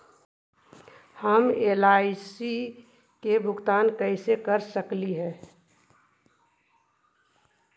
हम एल.आई.सी के भुगतान कैसे कर सकली हे?